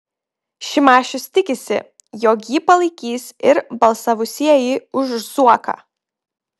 šimašius tikisi jog jį palaikys ir balsavusieji už zuoką